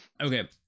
Okay